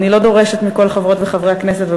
ואני לא דורשת מכל חברות וחברי הכנסת,